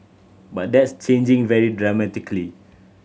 but that's changing very dramatically